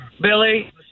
Billy